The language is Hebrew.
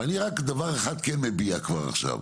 אבל אני רק דבר אחד כן מביע כבר עכשיו,